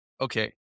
okay